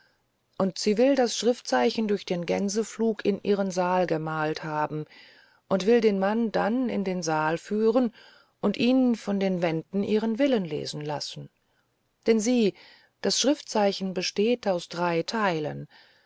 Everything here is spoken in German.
und sie will das schriftzeichen durch den gänseflug in ihren saal gemalt haben und will den mann dann in den saal führen und ihn von den wänden ihren willen lesen lassen denn sieh das schriftzeichen besteht aus drei teilen